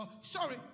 sorry